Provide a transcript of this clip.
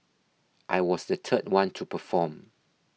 I was the third one to perform